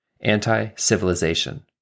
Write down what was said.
Anti-civilization